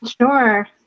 sure